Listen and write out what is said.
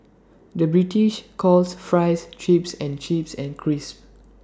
the British calls Fries Chips and chips and crisps